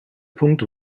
punkt